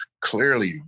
Clearly